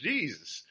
Jesus